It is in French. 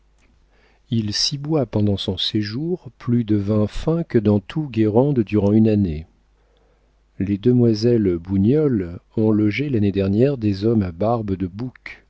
il s'y boit pendant son séjour plus de vins fins que dans tout guérande durant une année les demoiselles bougniol ont logé l'année dernière des hommes à barbe de